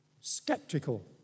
skeptical